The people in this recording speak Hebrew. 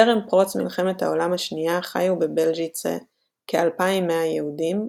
טרם פרוץ מלחמת העולם השנייה חיו בבלז'יצה כ-2,100 יהודים,